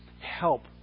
help